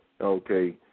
okay